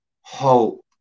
hope